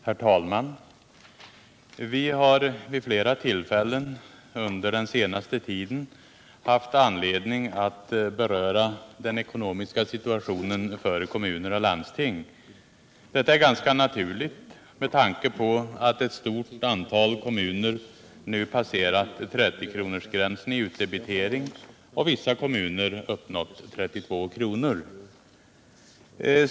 Herr talman! Vi har vid flera tillfällen under den senaste tiden haft anledning att beröra den ekonomiska situationen för kommuner och landsting. Detta är ganska naturligt med tanke på att ett stort antal kommuner nu passerat 30-kronorsgränsen i utdebitering och att vissa kommuner uppnått 32 kronor.